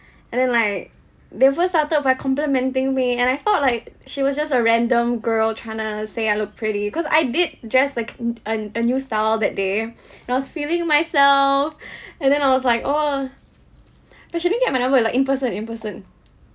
and then like they first started by complimenting me and I thought like she was just a random girl trying to say I look pretty you cause I did dress like a a new style that day and I was feeling myself and then I was like oh no she didn't get my number like in person in person